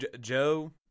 Joe